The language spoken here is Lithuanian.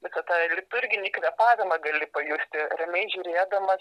visą tą liturginį kvėpavimą gali pajusti ramiai žiūrėdamas